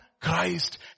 Christ